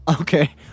Okay